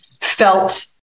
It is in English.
felt